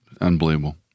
Unbelievable